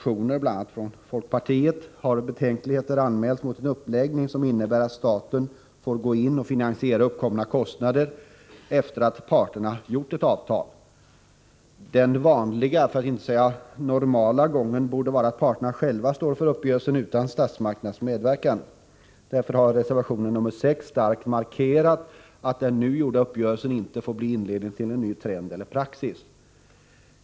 I flera — Nr 51 ning som innebär att staten får gå in och finansiera uppkommande kostnader 13 december 1984 efter det att parterna träffat ett avtal. Den normala gången borde vara att parterna själva står för uppgörelsen utan statsmaktens medverkan. Därför har i reservation nr 6 starkt markerats att den nu gjorda uppgörelsen inte får bli inledningen till en ny trend eller praxis.